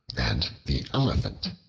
and the elephant